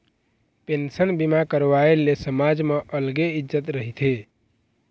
pension बीमा करवाए ले समाज म अलगे इज्जत रहिथे